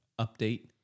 update